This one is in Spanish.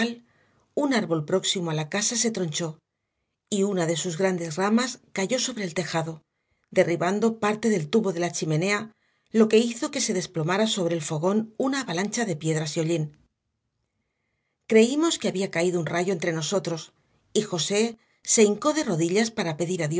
un árbol próximo a la casa se tronchó y una de sus grandes ramas cayó sobre el tejado derribando parte del tubo de la chimenea lo que hizo que se desplomara sobre el fogón una avalancha de piedras y hollín creímos que había caído un rayo entre nosotros y josé se hincó de rodillas para pedir a